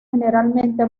generalmente